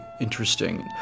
interesting